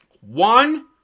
one